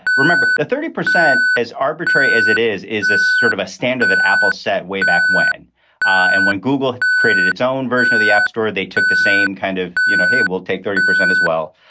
remember, the thirty percent, as arbitrary as it is, is a sort of a standard that apple set way back when and when google created its own version of the app store. they took the same kind of, you know, hey, we'll take thirty percent as well.